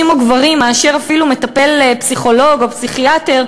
או גברים מאשר אפילו פסיכולוג או פסיכיאטר,